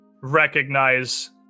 recognize